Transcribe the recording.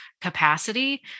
capacity